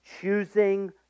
choosing